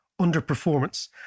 underperformance